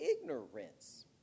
ignorance